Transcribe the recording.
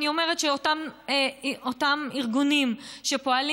אני אומרת שאותם ארגונים שפועלים